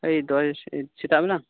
ᱮᱭ ᱫᱚᱥ ᱥᱮᱛᱟᱜ ᱵᱮᱞᱟ